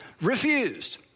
refused